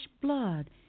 blood